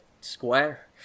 square